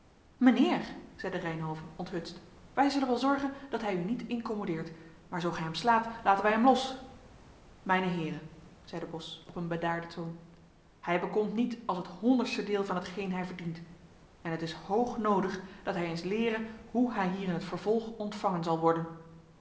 mijnheer zeide reynhove onthutst wij zullen wel zorgen dat hij u niet incommodeert maar zoo gij hem slaat laten wij hem los mijne heeren zeide bos op een bedaarden toon hij bekomt niet als het honderdste deel van hetgeen hij verdient en het is hoog noodig dat hij eens leere hoe hij hier in t vervolg ontvangen zal worden